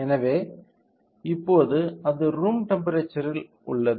எனவே இப்போது அது ரூம் டெம்ப்பெரேச்சர்யில் உள்ளது